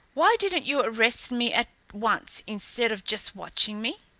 why didn't you arrest me at once instead of just watching me?